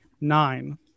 nine